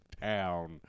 Town